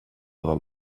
del